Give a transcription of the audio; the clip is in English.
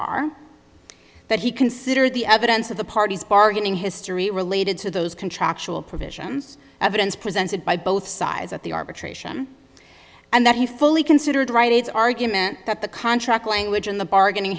are but he considered the evidence of the parties bargaining history related to those contractual provisions evidence presented by both sides at the arbitration and that he fully considered right its argument that the contract language in the bargaining